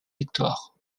victoires